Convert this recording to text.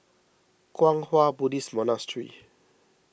Kwang Hua Buddhist Monastery